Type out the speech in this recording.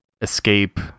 Escape